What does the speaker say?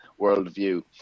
worldview